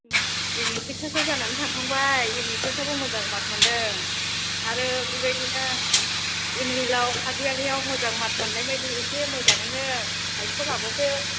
इउनिटेस्टआसो जाना थांखांबाय इउनिटेस्टआवबो मोजां मार्क मोनदों आरो बेबायदिनो एनुवेलाव हाफ इयारलियाव मोजां मार्क मोननायबायदि मोजां दायथ' लाबावदो